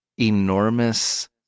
enormous